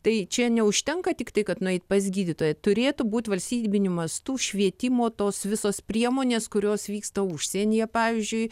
tai čia neužtenka tiktai kad nueit pas gydytoją turėtų būt valstybiniu mastu švietimo tos visos priemonės kurios vyksta užsienyje pavyzdžiui